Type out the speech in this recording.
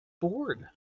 bored